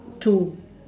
two